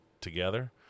together